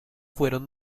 fueron